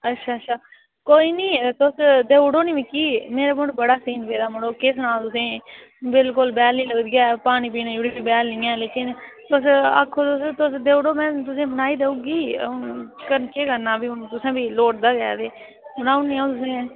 अच्छा अच्छा कोई निं तुस देई ओड़ो निं मिकी मेरे कोल बड़ा सीन पेदा मड़ो केह् सनांऽ तुसे ईं बिल्कुल बैह्ल निं लगदी ऐ पानी पीने जोह्ड़ी बी बैह्ल निं ऐ लेकिन तुस आक्खो तुस तुस देई ओड़ो में तुसें ई बनाई देई ओड़गी अ'ऊं केह् करना भी हून तुसें बी लोड़दा गै ते बनाई ओड़नी अ'ऊं तुसें